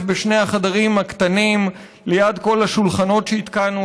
בשני החדרים הקטנים ליד כל השולחנות שהתקנו,